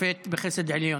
שופט בחסד עליון.